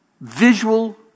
visual